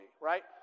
right